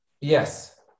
Yes